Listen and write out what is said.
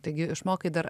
taigi išmokai dar